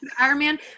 Ironman